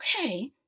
okay